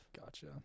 Gotcha